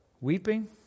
weeping